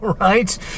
right